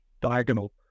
diagonal